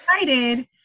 excited